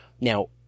Now